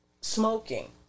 smoking